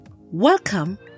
Welcome